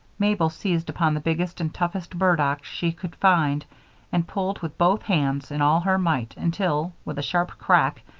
mabel seized upon the biggest and toughest burdock she could find and pulled with both hands and all her might, until, with a sharp crack,